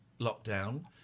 lockdown